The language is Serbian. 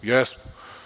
Jesmo.